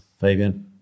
Fabian